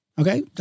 Okay